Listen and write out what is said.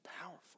powerful